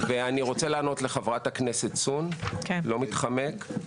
ואני רוצה לענות לחברת הכנסת סון, אני לא מתחמק.